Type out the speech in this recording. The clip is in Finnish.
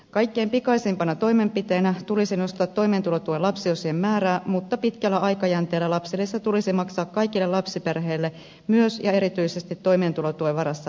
kaikkein pikaisimpana toimenpiteenä tulisi nostaa toimeentulotuen lapsiosien määrää mutta pitkällä aikajänteellä lapsilisä tulisi maksaa kaikille lapsiperheille myös ja erityisesti toimeentulotuen varassa eläville